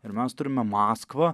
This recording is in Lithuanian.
ir mes turime maskvą